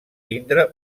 tindre